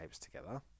together